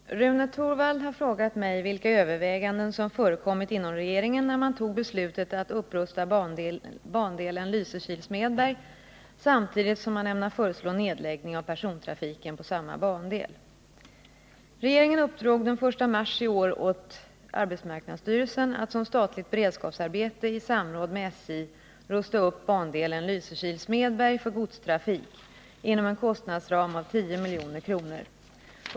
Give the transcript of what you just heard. Herr talman! Rune Torwald har frågat mig vilka överväganden som förekommit inom regeringen när man tog beslutet att upprusta bandelen Lysekil-Smedberg samtidigt som man ämnar föreslå nedläggning av persontrafiken på samma bandel. berg för godstrafik inom en kostnadsram av 10 milj.kr.